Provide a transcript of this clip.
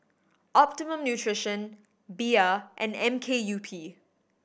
Optimum Nutrition Bia and M K U P